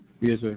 Yes